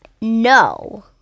No